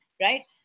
right